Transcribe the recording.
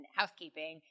housekeeping